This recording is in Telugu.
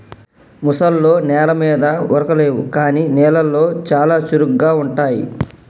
ముసల్లో నెల మీద ఉరకలేవు కానీ నీళ్లలో చాలా చురుగ్గా ఉంటాయి